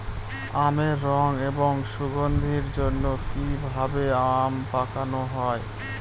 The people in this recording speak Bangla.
আমের রং এবং সুগন্ধির জন্য কি ভাবে আম পাকানো হয়?